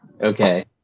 Okay